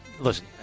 Listen